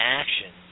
action